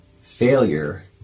failure